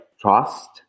trust